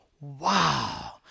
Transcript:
wow